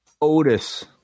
Otis